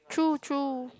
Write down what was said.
true true